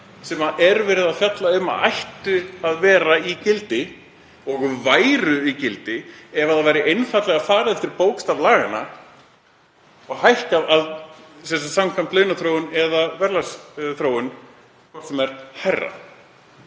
sem er verið að fjalla um að ættu að vera í gildi og væru í gildi ef það væri einfaldlega farið eftir bókstaf laganna og hækkað samkvæmt launaþróun eða verðlagsþróun, hvort sem er hærra.